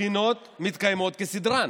הבחינות מתקיימות כסדרן.